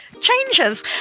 changes